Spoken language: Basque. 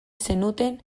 zenuten